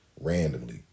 randomly